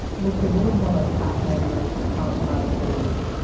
looks a little more like half measures, compromises,